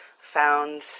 found